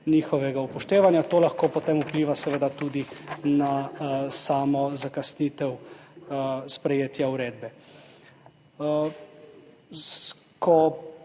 njihovega upoštevanja. To lahko potem vpliva seveda tudi na samo zakasnitev sprejetja uredbe. Ko